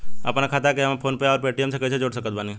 आपनखाता के हम फोनपे आउर पेटीएम से कैसे जोड़ सकत बानी?